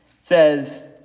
says